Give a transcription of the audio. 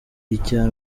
icya